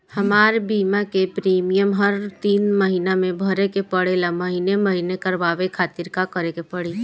हमार बीमा के प्रीमियम हर तीन महिना में भरे के पड़ेला महीने महीने करवाए खातिर का करे के पड़ी?